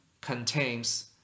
contains